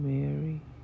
Mary